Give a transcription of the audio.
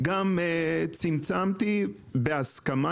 בהסכמה